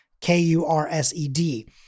K-U-R-S-E-D